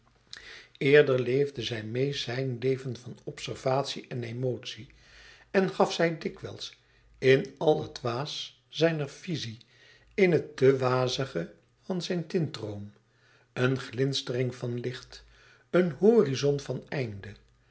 eerder leefde zij meê zijn leven van observatie en emotie en gaf zij dikwijls in al het waas zijner vizie in het te wazige van zijn tintdroom een glinstering van licht een horizon van einde